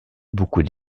beaucoup